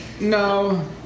No